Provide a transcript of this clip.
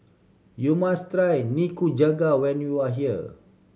you must try Nikujaga when you are here